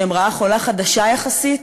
שהם רעה חולה חדשה יחסית.